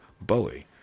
Bowie